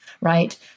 right